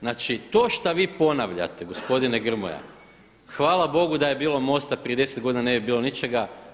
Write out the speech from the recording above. Znači, to šta vi ponavljate gospodine Grmoja hvala Bogu da je bilo MOST-a prije 10 godina ne bi bilo ničega.